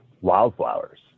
wildflowers